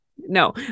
No